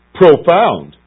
profound